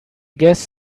guess